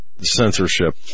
censorship